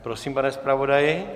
Prosím, pane zpravodaji.